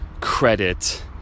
credit